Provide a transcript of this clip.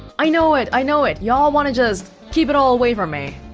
i know it, i know it, y'all wanna just keep it all away from me